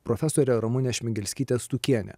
profesorė ramunė šmigelskytė stukienė